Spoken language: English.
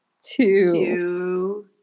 two